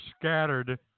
scattered